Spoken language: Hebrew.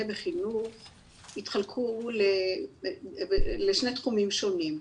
בחינוך התחלקו לשני תחומים שונים,